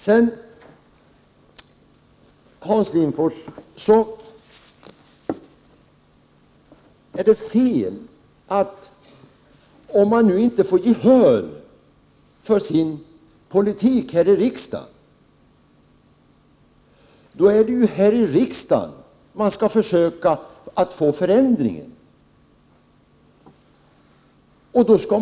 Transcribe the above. Om man, Hans Lindforss, inte får gehör för sin politik här i riksdagen, då är det ju ändå här i riksdagen som man skall försöka att få en förändring till stånd.